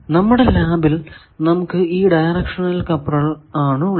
നമ്മുടെ ലാബിൽ നമുക്ക് ഈ ഡയറക്ഷണൽ കപ്ലർ ആണ് ഉള്ളത്